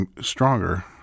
stronger